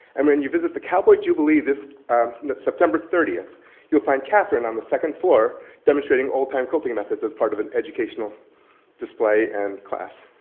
and when you visit the cowboy jubilee this september thirtieth you'll find kathryn on the second floor demonstrating old time quilting methods as part of an educational display and class.